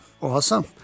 Awesome